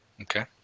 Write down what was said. Okay